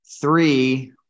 Three